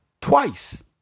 Twice